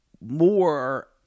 more